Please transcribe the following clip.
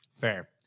fair